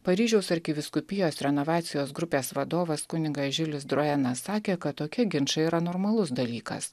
paryžiaus arkivyskupijos renovacijos grupės vadovas kunigas žiulis droenas sakė kad tokie ginčai yra normalus dalykas